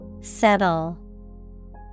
Settle